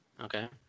Okay